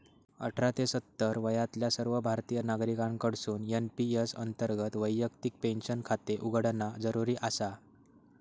अठरा ते सत्तर वयातल्या सर्व भारतीय नागरिकांकडसून एन.पी.एस अंतर्गत वैयक्तिक पेन्शन खाते उघडणा जरुरी आसा